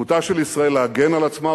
זכותה של ישראל להגן על עצמה,